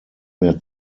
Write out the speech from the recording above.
mehr